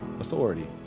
authority